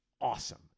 awesome